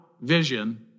vision